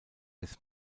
des